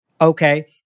Okay